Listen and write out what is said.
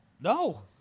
No